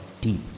deep